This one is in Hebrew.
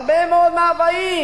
הרבה מאוד מאוויים,